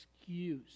excuse